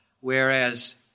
whereas